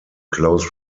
close